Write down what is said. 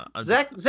Zach